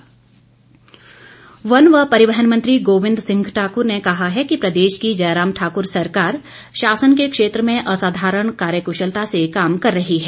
गोविंद ठाकुर वन व परिवहन मंत्री गोविंद सिंह ठाकुर ने कहा है कि प्रदेश की जयराम ठाकुर सरकार शासन के क्षेत्र में आसाधारण कार्यकुशलता से काम कर रही है